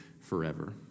forever